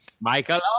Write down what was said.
Michael